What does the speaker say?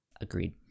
Agreed